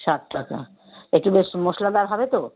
ষাট টাকা এক্টু বেশ মশলাদার হবে তো